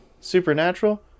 supernatural